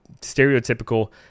stereotypical